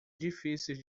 difíceis